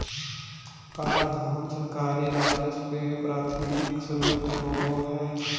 कराधान सरकारी राजस्व के प्राथमिक स्रोत होबो हइ